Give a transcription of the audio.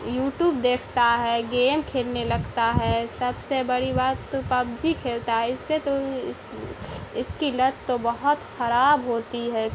YouTube دیکھتا ہے game کھیلنے لگتا ہے سب سے بڑی بات تو پبجی کھیلتا ہے اس سے تو اس کی لت تو بہت خراب ہوتی ہے